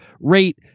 rate